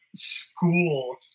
School